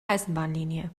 eisenbahnlinie